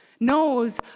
knows